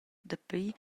dapi